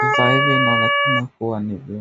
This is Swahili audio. vifaa hivi inaonekana kuwa ni.